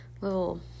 little